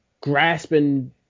grasping